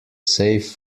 safe